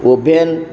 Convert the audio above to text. oven